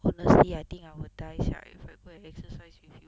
honestly I think I will die sia if I go exercise with you